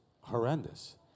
horrendous